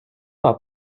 pas